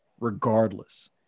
regardless